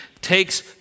takes